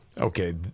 okay